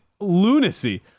lunacy